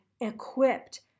equipped